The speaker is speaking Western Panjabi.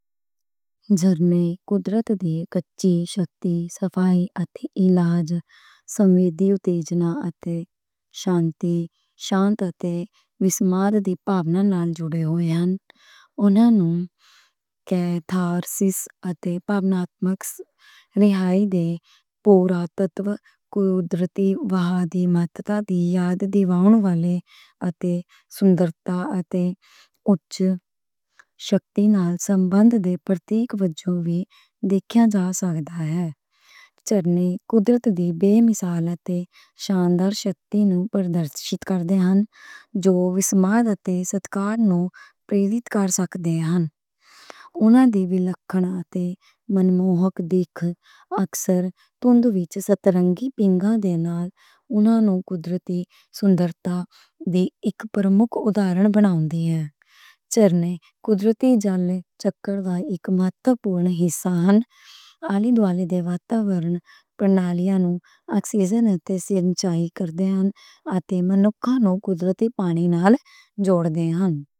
ندی زندگی نال جُڑی ہوئی ہے، لوکاں، جانوراں اتے فسلان لئی تازہ پانی دے اک اہم ذریعہ بجوں اتے دھرتی دے۔ جل چکر دے اک اہم حصے بجوں ندیاں جیو وِبھنّتا دا سمرتھن کر دیا ہن۔ وکھ وکھ پردیاں اتے جانوراں لئی رہائش پردان کر دیا ہن۔ اوہ منکھی گتی ودھیاں نال جُڑیاں ہوئیاں ہن، آواجائی لئی رستاواں، طاقت دے سروتاں اتے منرنجن لئی تھاواں بجوں کم کر دیا ہن۔ ندیاں نوں لچکڑی ملیاپن اتے تبدیلی دے پرتیک بجوں ویکھیا جا سکدا ہے۔ جو سمے دے نال لگّن زندگی دے پوا اتے لینڈسکیپاں نوں آکار دین بارے سبق سکھاوندیاں ہن۔ ندیاں دنیا بھر دے بھائیچاریاں وِچ پین، کھان پکاون اتے صفائی لئی تازہ پانی دا اک بنیادی سروتاں، ندیاں دا پانی کھیتاں نوں سیندا ہے۔ پوشن دے وکاس اتے زندگی نرمان دا سمرتھن کردا ہے۔